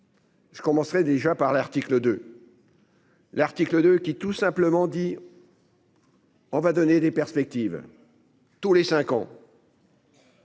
Je commencerais déjà par l'article de. L'article 2 qui tout simplement dit. On va donner des perspectives. Tous les 5 ans.